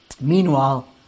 Meanwhile